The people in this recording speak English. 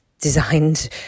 designed